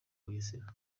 bugesera